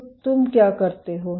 तो तुम क्या करते हो